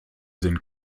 sind